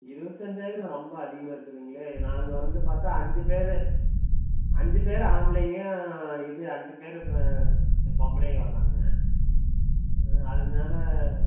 இருபத்தஞ்சாயிரம் ரொம்ப அதிகமாக இருக்குதுங்களே நாங்கள் வந்து பார்த்தா அஞ்சு பேர் அஞ்சு பேர் ஆம்பளைங்க இது அஞ்சு பேர் பெ பொம்பளைங்க வர்றாங்க அதுக்குனால்